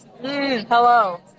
Hello